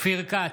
אופיר כץ,